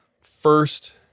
first